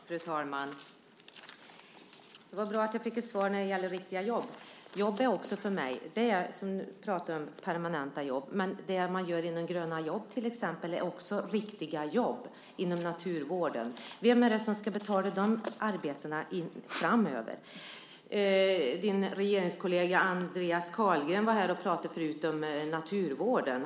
Fru talman! Det är bra att jag fick ett svar om riktiga jobb. Jobb är också för mig, som du säger, permanenta jobb. Men det man gör till exempel inom Gröna jobb är också riktiga jobb - inom naturvården. Vem ska betala de arbetena framöver? Din regeringskollega Andreas Carlgren pratade här tidigare om naturvården.